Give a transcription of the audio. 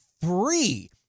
three